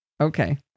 Okay